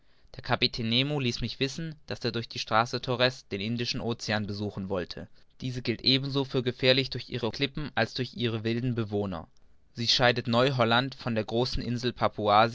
der kapitän nemo ließ mich wissen daß er durch die straße torres den indischen ocean besuchen wolle diese gilt für ebenso gefährlich durch ihre klippen als durch ihre wilden bewohner sie scheidet neu holland von der großen insel